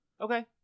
okay